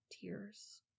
tears